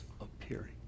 appearing